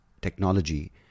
technology